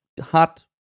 hot